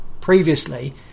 previously